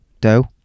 Doe